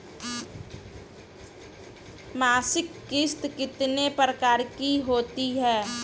मासिक किश्त कितने प्रकार की होती है?